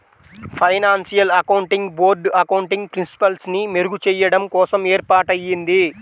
financial accounting board accounting ప్రిన్సిపల్స్ని మెరుగుచెయ్యడం కోసం ఏర్పాటయ్యింది